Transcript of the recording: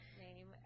name